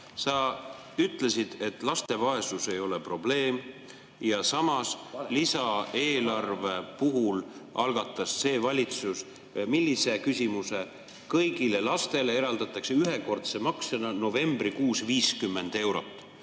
Sa ütlesid, et laste vaesus ei ole probleem. Ja samas, lisaeelarve puhul algatas see valitsus millise küsimuse? Kõigile lastele eraldatakse ühekordse maksena novembrikuus 50 eurot.